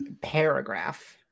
paragraph